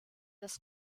das